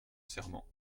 serment